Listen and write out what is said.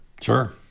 Sure